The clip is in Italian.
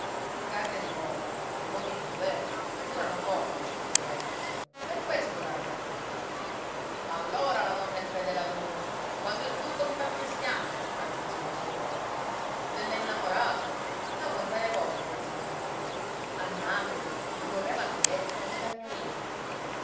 carne di porco ed uomini di guerra durano poco dice il proverbio per questo sara ti ha piantato allora la donna è fedele ad uno quando il turco si fa cristiano aggiunse lo zio cola delle innamorate ne ho quante ne voglio rispose ntoni a napoli mi correvano dietro come i cagnolini